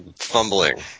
fumbling